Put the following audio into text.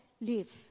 live